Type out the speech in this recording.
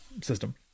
system